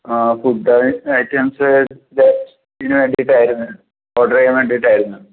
ആ ഫുഡ് ഐറ്റംസ്ൻ്റെ ഇതിനുവേണ്ടീട്ടാരുന്നു ഓർഡർ ചെയ്യാൻ വേണ്ടീട്ടാരുന്നു